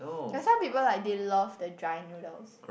ya some people like they love the dry noodles